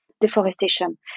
deforestation